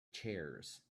chairs